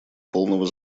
полного